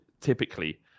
typically